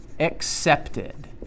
accepted